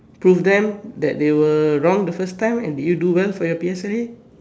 prove them that they will wrong the first time and did you do well for your P_S_L_E